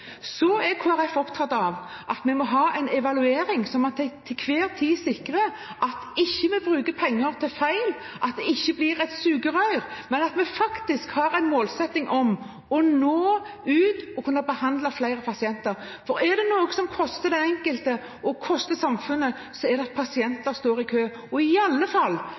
Så er Kristelig Folkeparti opptatt av at vi må ha en evaluering, sånn at vi til enhver tid sikrer at vi ikke bruker penger feil, at det ikke blir et sugerør, men at vi faktisk har en målsetting om å nå ut og kunne behandle flere pasienter. For er det noe som koster den enkelte, og koster samfunnet, er det at pasienter står i kø – i alle fall